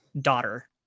daughter